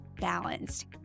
balanced